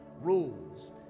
rules